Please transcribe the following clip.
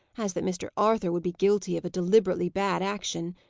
as that mr. arthur would be guilty of a deliberately bad action.